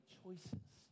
choices